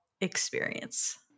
experience